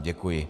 Děkuji.